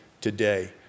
today